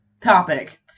topic